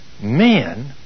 men